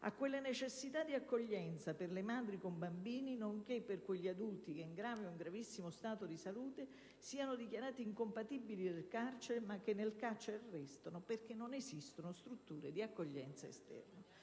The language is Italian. a quelle necessità di accoglienza per le madri con bambini nonché per quegli adulti che, in grave o gravissimo stato di salute, siano dichiarati "incompatibili" col carcere, ma che nel carcere restano perché non esistono strutture di accoglienza esterne».